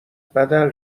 بدل